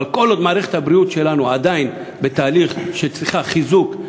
אבל כל עוד מערכת הבריאות שלנו עדיין בתהליך שהיא צריכה חיזוק,